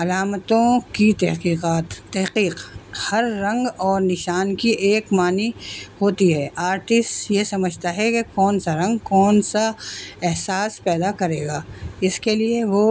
علامتوں کی تحقیقات تحقیق ہر رنگ اور نشان کی ایک معنی ہوتی ہے آرٹسٹ یہ سمجھتا ہے کہ کون سا رنگ کون سا احساس پیدا کرے گا اس کے لیے وہ